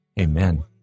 Amen